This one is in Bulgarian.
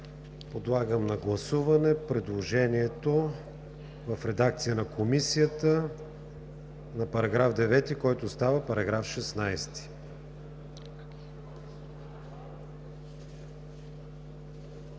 Подлагам на гласуване предложението в редакция на Комисията за § 9, който става § 16.